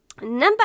Number